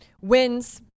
winds